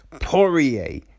Poirier